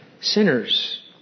sinners